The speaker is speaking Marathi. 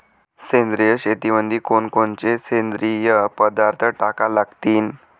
सेंद्रिय शेतीमंदी कोनकोनचे सेंद्रिय पदार्थ टाका लागतीन?